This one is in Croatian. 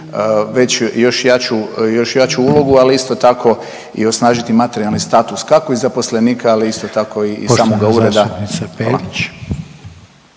veću, još jaču ulogu. Ali isto tako i osnažiti materijalni status kako i zaposlenika, ali isto tako i samoga ureda.